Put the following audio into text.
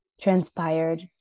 transpired